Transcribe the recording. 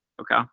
Okay